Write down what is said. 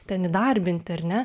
ten įdarbinti ar ne